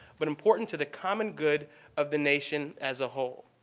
but important to the common good of the nation as a whole.